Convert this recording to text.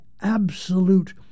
absolute